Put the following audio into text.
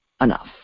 enough